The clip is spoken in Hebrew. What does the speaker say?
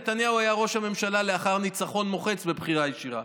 נתניהו היה ראש הממשלה לאחר ניצחון מוחץ בבחירה ישירה.